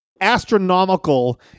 astronomical